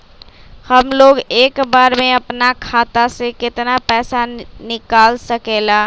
हमलोग एक बार में अपना खाता से केतना पैसा निकाल सकेला?